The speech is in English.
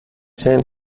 saint